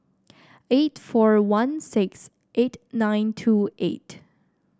eight four one six eight nine two eight